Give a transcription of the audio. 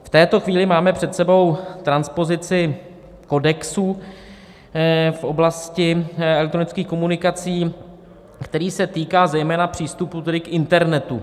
V této chvíli máme před sebou transpozici kodexu v oblasti elektronických komunikací, který se týká zejména přístupu k internetu.